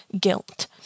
guilt